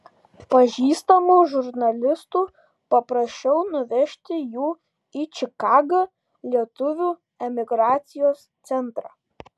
pažįstamų žurnalistų paprašiau nuvežti jų į čikagą lietuvių emigracijos centrą